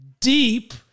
Deep